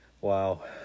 Wow